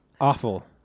Awful